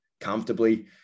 comfortably